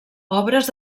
obres